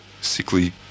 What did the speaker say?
sickly